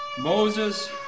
Moses